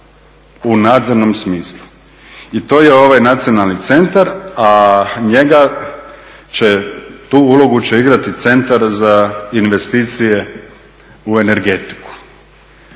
u nadzornom smislu. I to je ovaj Nacionalni centar, a njega će, tu ulogu će igrati Centar za investicije u energetiku.